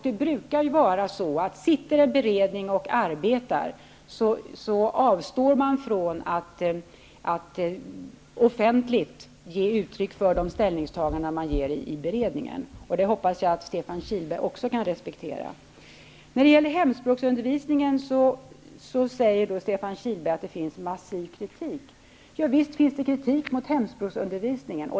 Medan en beredning arbetar brukar man avstå från att offentligt ge uttryck för de ställningstaganden man intar i beredningen. Det hoppas jag att Stefan Kihlberg också kan respektera. När det gäller hemspråksundervisningen säger Stefan Kihlberg att det finns massiv kritik. Visst finns det kritik mot hemspråksundervisningen.